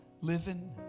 living